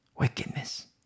wickedness